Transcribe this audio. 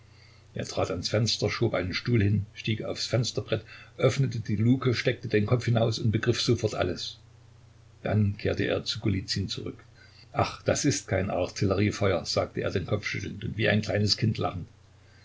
er trat ans fenster schob einen stuhl hin stieg aufs fensterbrett öffnete die luke steckte den kopf hinaus und begriff sofort alles dann kehrte er zu golizyn zurück ach das ist kein artilleriefeuer sagte er den kopf schüttelnd und wie ein kleines kind